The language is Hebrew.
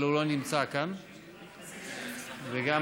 אבל הוא לא נמצא כאן,